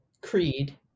creed